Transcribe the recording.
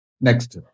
Next